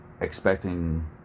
expecting